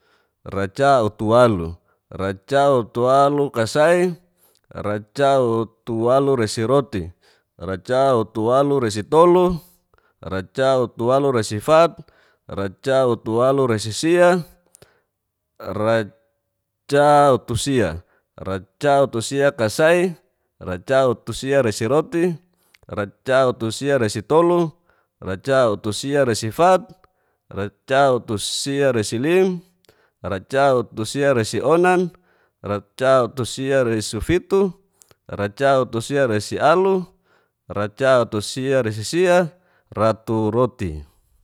Racautualu, racautualuikasai, racautualurasiroti, racautualurasitolu, racautualuresifat, racautualuresisia. racautusia, racautusiaresikasai, sarautusiaresiroti, racautusiaresitolu. Racautusiaresifat. racautusiaresilim. racautusiaresionan, racautusiresifitu, racautusiaresialu, racautusiaresisia, rautusia.